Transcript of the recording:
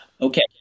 Okay